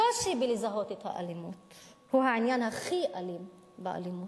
הקושי לזהות את האלימות הוא העניין הכי אלים באלימות.